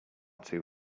too